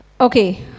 Okay